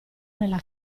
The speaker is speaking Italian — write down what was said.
nella